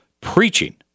preaching